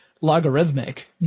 logarithmic